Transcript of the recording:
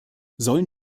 sollen